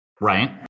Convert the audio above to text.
Right